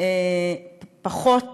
פחות